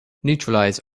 neutralize